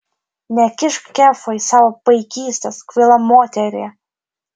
nekišk kefo į savo paikystes kvaila moterie